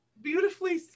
Beautifully